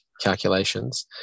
calculations